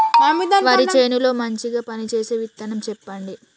వరి చేను లో మంచిగా పనిచేసే విత్తనం చెప్పండి?